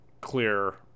clear